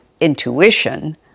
intuition